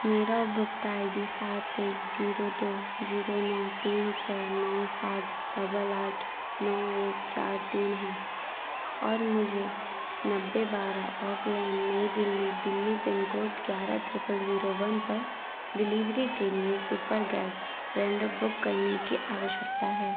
मेरा उपभोक्ता I D सात एक जीरो दो जीरो नौ तीन छः नौ सात डबल आठ नौ एक चार तीन है और मुझे नब्बे बारह ऑकलेन नै दिल्ली दिल्ली पिन कोड ग्यारह ट्रिपल जीरो वन पर डिलीवरी के लिए सुपर गैस सिलेंडर बुक करने की आवश्यकता है